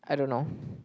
I don't know